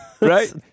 Right